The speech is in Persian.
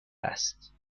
است